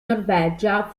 norvegia